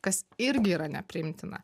kas irgi yra nepriimtina